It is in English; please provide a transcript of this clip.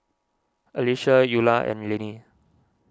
Alyssia Ula and Leanne